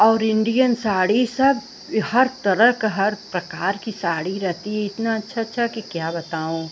और इंडियन साड़ी सब ए हर तरह की हर प्रकार की साड़ी रहती है इतनी अच्छी अच्छी कि क्या बताऊँ